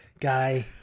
Guy